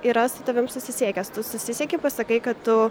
yra su tavim susisiekęs tu susisieki pasakai kad tu